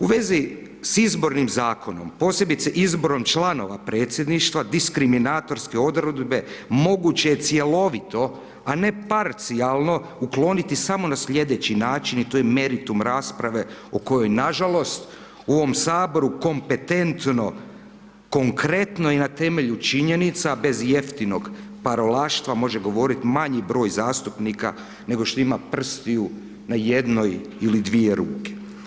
U vezi s Izbornim zakonom, posebice izborom članova Predsjedništva, diskriminatorske odredbe moguće je cjelovito a ne parcijalno ukloniti samo na slijedeći način i to je meritum rasprave o kojoj nažalost u ovom Saboru kompetentno, konkretno i na temelju činjenica bez jeftinog parolaštva, može govoriti manji broj zastupnika nego što ima prstiju na jednoj ili dvije ruke.